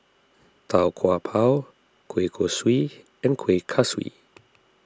Tau Kwa Pau Kueh Kosui and Kueh Kaswi